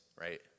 right